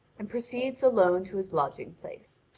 and proceeds alone to his lodging place.